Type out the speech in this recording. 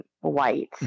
white